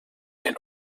den